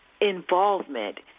involvement